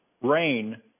rain